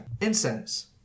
Incense